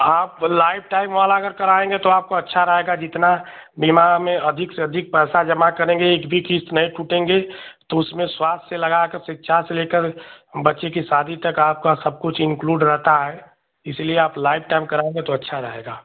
आप life time वाला अगर कराएँगे तो आपको अच्छा रहेगा जितना बीमा में अधिक से अधिक पैसा जमा करेंगे एक भी किस्त नहीं टूटेंगे तो उसमें स्वास्थ्य से लगाकर शिक्षा से लेकर बच्चे की शादी तक आपका सबकुछ इन्क्लूड रहता है इसीलिए आप लाइफ़ टाइम कराएँगे तो अच्छा रहेगा